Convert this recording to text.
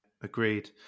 Agreed